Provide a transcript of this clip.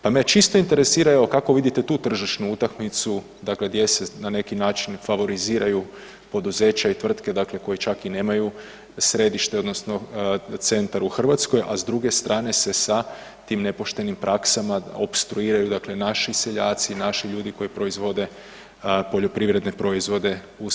Pa me čisto interesira evo kako vidite tu tržišnu utakmicu dakle, gdje se na neki način favoriziraju poduzeća i tvrtke dakle koje čak i nemaju središte odnosno centar u Hrvatskoj, a s druge strane se sa tim nepoštenim praksama opstruiraju odnosno dakle naši seljaci i naši ljudi koji proizvode poljoprivredne proizvode u svojim OPG-ovima.